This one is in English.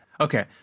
Okay